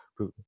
Putin